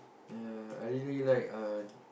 ya I really like a